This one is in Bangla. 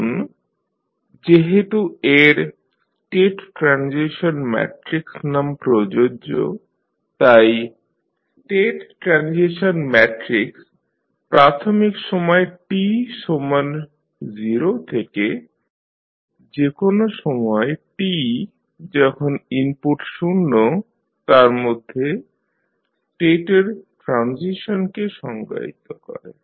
এখন যেহেতু এর স্টেট ট্রানজিশন ম্যাট্রিক্স নাম প্রযোজ্য তাই স্টেট ট্রানজিশন ম্যাট্রিক্স প্রাথমিক সময় t সমান 0 থেকে যে কোন সময় t যখন ইনপুট শূন্য তার মধ্যে স্টেটের ট্রানজিশনকে সংজ্ঞায়িত করে